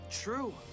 True